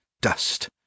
dust